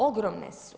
Ogromne su.